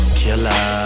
killer